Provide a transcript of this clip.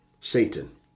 Satan